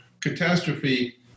catastrophe